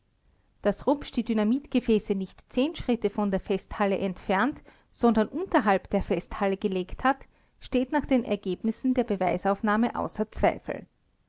daß rupsch die dynamitgefäße nicht zehn schritte von der festhalle entfernt sondern unterhalb der festhalle gelegt hat steht nach den ergebnissen der beweisaufnahme außer zweifel